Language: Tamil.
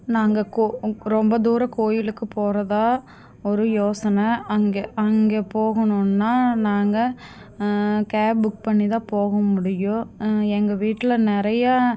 நாங்கள் கோ ரொம்ப தூரம் கோவிலுக்கு போகிறதா ஒரு யோசனை அங்கே அங்கே போகணுன்னா நாங்கள் கேப் புக் பண்ணி தான் போக முடியும் எங்கள் வீட்டில் நிறையா